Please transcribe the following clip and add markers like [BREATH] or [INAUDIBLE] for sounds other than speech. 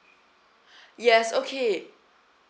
[BREATH] yes okay